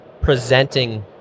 presenting